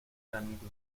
granito